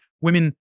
women